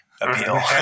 appeal